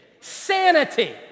sanity